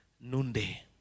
noonday